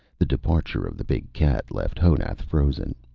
the departure of the big cat left honath frozen,